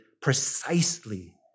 precisely